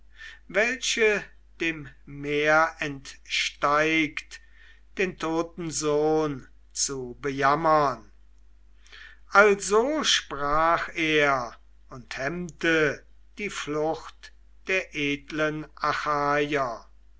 welche dem meer entsteigt den toten sohn zu bejammern also sprach er und hemmte die flucht der edlen